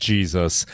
Jesus